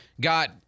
got